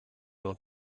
not